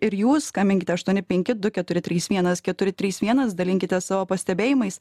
ir jūs skambinkite aštuoni penki du keturi trys vienas keturi trys vienas dalinkitės savo pastebėjimais